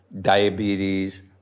diabetes